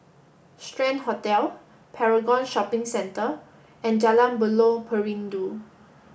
Strand Hotel Paragon Shopping Centre and Jalan Buloh Perindu